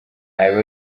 bibazo